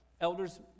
elders